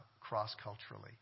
cross-culturally